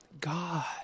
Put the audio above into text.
God